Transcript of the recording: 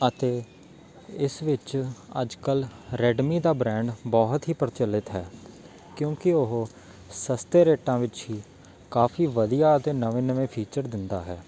ਅਤੇ ਇਸ ਵਿੱਚ ਅੱਜ ਕੱਲ੍ਹ ਰੈਡਮੀ ਦਾ ਬ੍ਰੈਂਡ ਬਹੁਤ ਹੀ ਪ੍ਰਚੱਲਿਤ ਹੈ ਕਿਉਂਕਿ ਉਹ ਸਸਤੇ ਰੇਟਾਂ ਵਿੱਚ ਹੀ ਕਾਫੀ ਵਧੀਆ ਅਤੇ ਨਵੇਂ ਨਵੇਂ ਫੀਚਰ ਦਿੰਦਾ ਹੈ